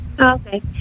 Okay